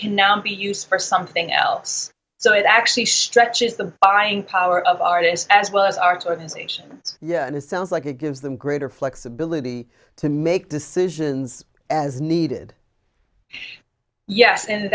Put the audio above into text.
can now be used for something else so it actually stretches the buying power of artists as well as arts organisations yeah and it sounds like it gives them greater flexibility to make decisions as needed yes and that